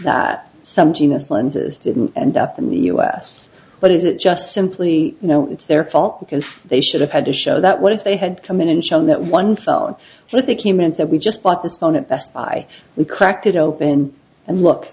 that some genius lenses didn't end up in the us but is it just simply you know it's their fault because they should have had to show that what if they had come in and shown that one phone but they came and said we just bought this phone at best buy we cracked it open and look